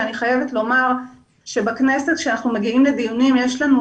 אני חייבת לומר שכשאנחנו מגיעים לדיונים בכנסת,